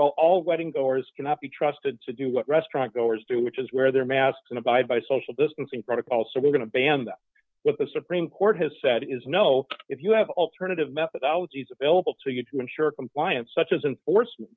well all wedding doors cannot be trusted to do what restaurant goers do which is where their masks and abide by social distancing protocol so we're going to ban what the supreme court has said is no if you have alternative methodology is available to you to ensure compliance such as in force